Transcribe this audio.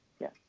yes